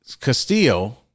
Castillo